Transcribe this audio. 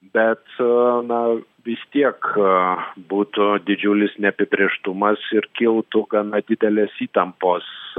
bet na vis tiek būtų didžiulis neapibrėžtumas ir kiltų gana didelės įtampos